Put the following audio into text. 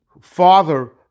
father